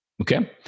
Okay